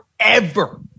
forever